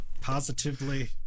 Positively